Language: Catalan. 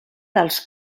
dels